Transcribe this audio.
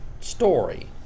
story